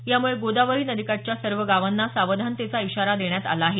यामुळे गोदावरी नदीकाठच्या सर्व गावांना सावधानतेचा इशारा देण्यात आला आहे